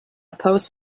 post